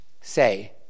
say